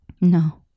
No